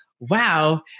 wow